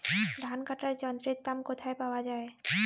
ধান কাটার যন্ত্রের দাম কোথায় পাওয়া যায়?